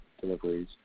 deliveries